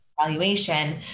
Evaluation